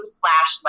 slash